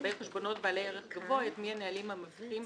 ולגבי חשבונות בעלי ערך גבוה יטמיע נהלים המבטיחים